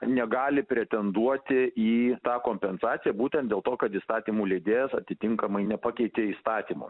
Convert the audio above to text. negali pretenduoti į tą kompensaciją būtent dėl to kad įstatymų leidėjas atitinkamai nepakeitė įstatymo